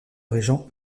régent